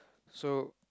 so